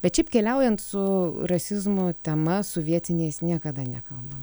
bet šiaip keliaujant su rasizmo tema su vietiniais niekada nekalbam